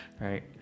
right